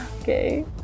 okay